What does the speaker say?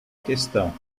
questão